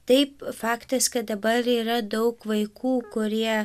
taip faktas kad dabar yra daug vaikų kurie